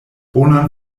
bonan